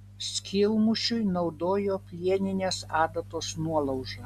skylmušiui naudojo plieninės adatos nuolaužą